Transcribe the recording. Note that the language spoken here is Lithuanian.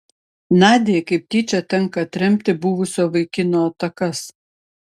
nadiai kaip tyčia tenka atremti buvusio vaikino atakas